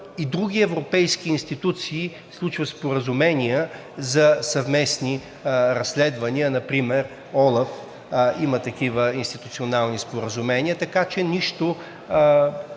И други европейски институции сключват споразумения за съвместни разследвания, например ОЛАФ има такива институционални споразумения, така че нищо